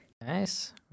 Nice